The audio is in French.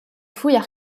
fouilles